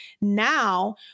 Now